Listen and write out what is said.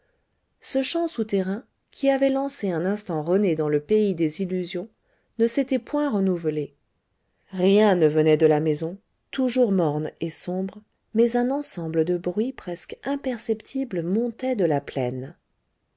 ce chant souterrain qui avait lancé un instant rené dans le pays des illusions ne s'était point renouvelé rien ne venait de la maison toujours morne et sombre mais un ensemble de bruits presque imperceptibles montait de la plaine